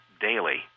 daily